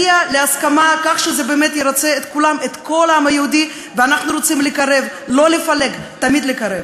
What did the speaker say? אני חושבת שזה מבזה את כבודנו כעם היהודי ומפורר את האחדות שלנו.